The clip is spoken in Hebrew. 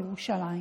בירושלים.